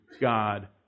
God